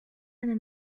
eine